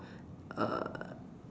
err